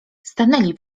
stanęli